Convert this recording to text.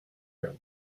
your